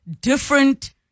different